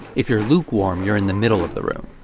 if you're lukewarm you're in the middle of the room.